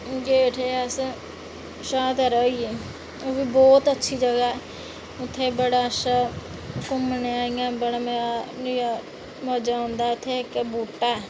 गे उठी अस शहादरा होई आए ओह्बी बहुत अच्छी जगह ऐ उत्थै बड़ा अच्छा घुम्मने आं बड़ा मज़ा औंदा उत्थै इक्क बूह्टा ऐ